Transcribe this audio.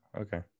okay